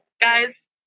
Guys